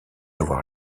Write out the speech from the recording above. avoir